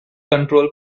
control